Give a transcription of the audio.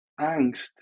angst